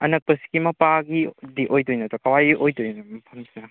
ꯑꯅꯛꯄꯁꯤꯒꯤ ꯃꯄꯥꯒꯤꯗꯤ ꯑꯣꯏꯗꯣꯏ ꯅꯠꯇ꯭ꯔꯣ ꯀꯥꯏꯋꯥꯏꯒꯤ ꯑꯣꯏꯗꯣꯏꯅꯣ ꯃꯐꯝꯁꯦ